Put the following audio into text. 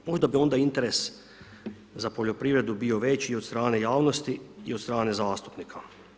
Možda bi interes za poljoprivredu bio veći i od strane javnosti i od strane zastupnika.